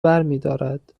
برمیدارد